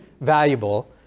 valuable